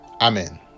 Amen